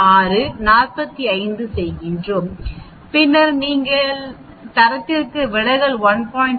6 45 செய்கிறோம் பின்னர் நீங்கள் தரத்திற்கு விலகல் 1